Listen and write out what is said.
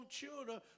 children